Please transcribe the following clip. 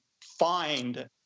find